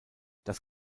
das